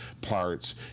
parts